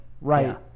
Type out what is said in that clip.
Right